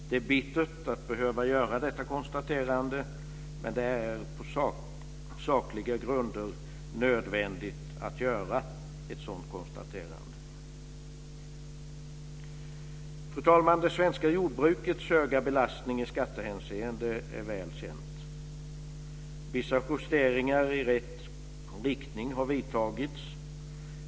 Det är bittert att behöva göra detta konstaterande, men det är på sakliga grunder nödvändigt att göra ett sådant konstaterande. Fru talman! Det svenska jordbrukets höga belastning i skattehänseende är väl känt. Vissa justeringar i rätt riktning har vidtagits.